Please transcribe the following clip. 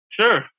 Sure